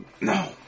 No